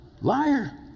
liar